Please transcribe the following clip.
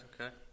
okay